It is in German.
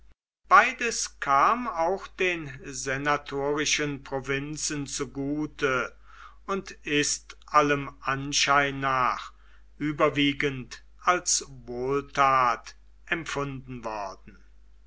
beides kam auch den senatorischen provinzen zugute und ist allem anschein nach überwiegend als wohltat empfunden worden